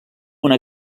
una